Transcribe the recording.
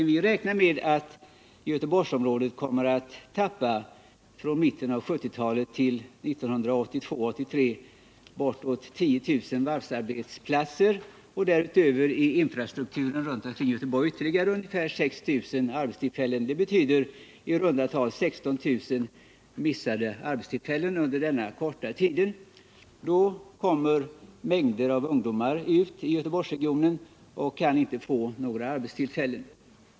Vi räknar med att Göteborgsområdet från mitten av 1970-talet till 1982-1983 kommer att tappa bortåt 10 000 varvsarbetstillfällen och därutöver i infrastrukture runt omkring varven ungefär 6 000 arbetstillfällen. Det betyder i runt tal 16 000 missade arbetstillfällen under denna korta tidrymd. Samtidigt kommer mängder av ungdomar ut i Göteborgsregionen och kan inte få några arbetstillfällen.